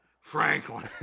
Franklin